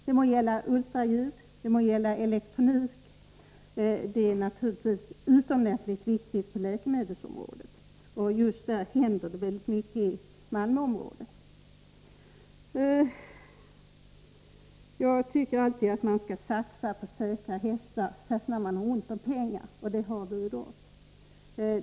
Det må gälla ultraljud eller elektronik som ju är utomordentligt viktiga på läkemedelsområdet. Det händer väldigt mycket just på det området i Malmöområdet. Jag tycker alltid att man skall satsa på ”säkra hästar”, särskilt när man har ont om pengar, och det har vi i dag.